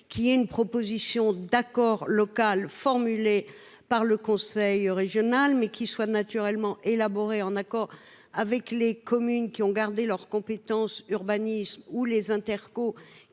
qu'il y ait une proposition d'accord local formulées par le conseil régional mais qui soit naturellement élaboré en accord avec les communes qui ont gardé leur compétence urbanisme ou les interco